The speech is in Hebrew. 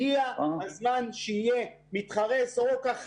הגיע הזמן שיהיה מתחרה לסורוקה.